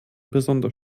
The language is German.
besonders